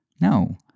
No